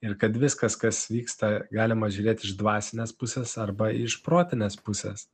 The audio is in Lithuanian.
ir kad viskas kas vyksta galima žiūrėt iš dvasinės pusės arba iš protinės pusės